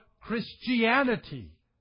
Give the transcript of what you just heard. Christianity